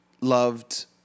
loved